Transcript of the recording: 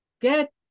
get